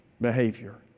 behavior